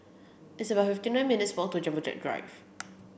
it's about fifty nine minutes walk to Jumbo Jet Drive